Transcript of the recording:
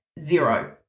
zero